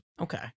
Okay